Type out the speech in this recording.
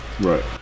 right